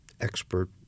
expert